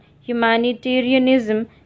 humanitarianism